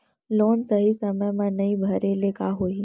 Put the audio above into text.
Loan सही समय मा नई भरे ले का होही?